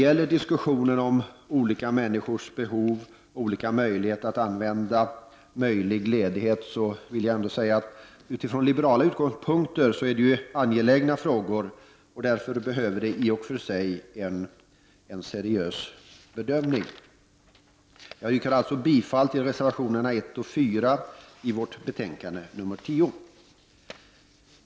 Människors behov av och möjligheter att använda ledighet är från liberala utgångspunkter angelägna frågor som behöver en seriös bedömning. Jag yrkar alltså bifall till reservationerna 1 och 4 i betänkande 10.